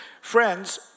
friends